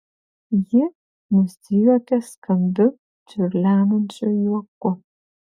ji nusijuokė skambiu čiurlenančiu juoku